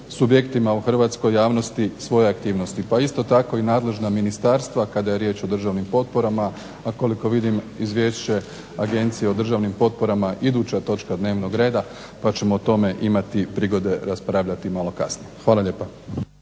subjektima u hrvatskoj javnosti svoje aktivnosti, pa isto tako i nadležna ministarstva kada je riječ o državnim potporama. A koliko vidim Izvješće Agencije o državni potporama iduća točka dnevnog reda, pa ćemo o tome imati prigode raspravljati malo kasnije. **Leko,